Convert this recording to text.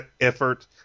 effort